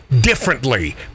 differently